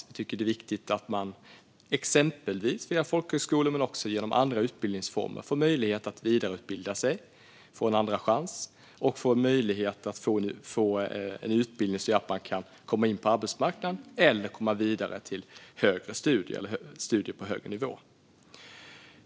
Vi tycker att det är viktigt att man exempelvis via folkhögskola men också genom andra utbildningsformer får möjlighet att vidareutbilda sig, få en andra chans och en möjlighet att få en utbildning som gör att man kan komma in på arbetsmarknaden eller komma vidare till studier på högre nivå.